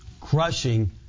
crushing